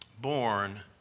born